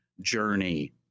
journey